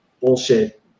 bullshit